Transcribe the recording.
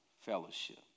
fellowship